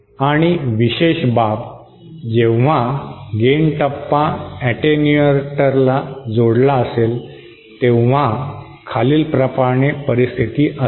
आणि विशेष बाब जेव्हा गेन टप्पा ऍटेन्युएटरला जोडला असेल तेव्हा खालीलप्रमाणे परिस्थिती असते